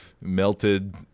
melted